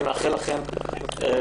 אני מאחל לכן בהצלחה.